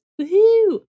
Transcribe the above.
Woohoo